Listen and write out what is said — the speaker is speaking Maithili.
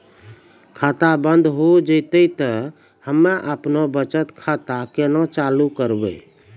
खाता बंद हो जैतै तऽ हम्मे आपनौ बचत खाता कऽ केना चालू करवै?